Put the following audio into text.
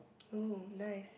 oh nice